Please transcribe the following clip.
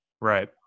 Right